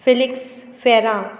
Felix Ferrao